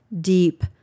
deep